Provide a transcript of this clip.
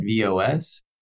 VOS